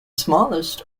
smallest